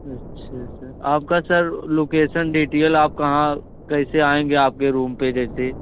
अच्छा सर आपका sir location detail आप कहाँ कैसे आएँगे आपके रूम पर जैसे